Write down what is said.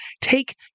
take